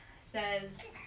says